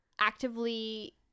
actively